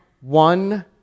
one